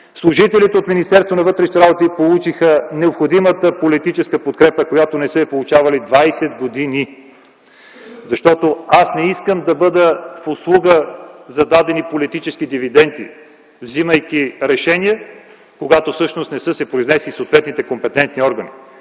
на вътрешните работи получиха необходимата политическа подкрепа, която не са получавали 20 години! Защото аз не искам да бъда в услуга за дадени политически дивиденти, вземайки решения, когато всъщност не са се произнесли съответните компетентни органи.